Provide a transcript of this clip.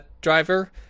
driver